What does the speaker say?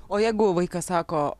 o jeigu vaikas sako